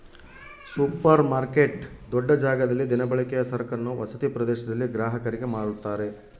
super market ದೊಡ್ಡ ಜಾಗದಲ್ಲಿ ದಿನಬಳಕೆಯ ಸರಕನ್ನು ವಸತಿ ಪ್ರದೇಶದಲ್ಲಿ ಗ್ರಾಹಕರಿಗೆ ಮಾರುತ್ತಾರೆ